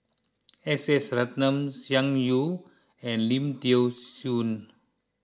S S Ratnam Tsung Yeh and Lim thean Soo